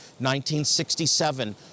1967